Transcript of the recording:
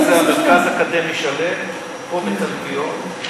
קוראים לזה "המרכז האקדמי שלם", פה בתלפיות.